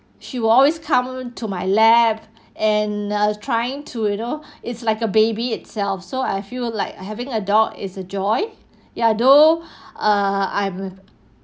she will always come to my lap and uh trying to you know it's like a baby itself so I feel like having a dog is a joy ya though err I will